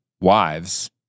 wives